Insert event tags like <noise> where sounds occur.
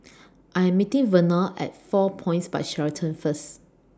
<noise> I Am meeting Vernal At four Points By Sheraton First